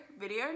video